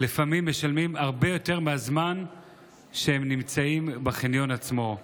לפעמים משלמים הרבה יותר מהזמן שהם נמצאים בחניון עצמו.